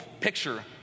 picture